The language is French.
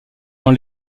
dans